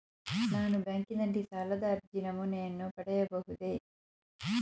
ನಾನು ಬ್ಯಾಂಕಿನಲ್ಲಿ ಸಾಲದ ಅರ್ಜಿ ನಮೂನೆಯನ್ನು ಪಡೆಯಬಹುದೇ?